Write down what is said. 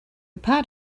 part